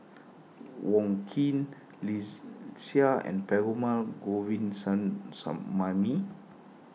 Wong Keen Seah and Perumal